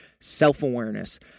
self-awareness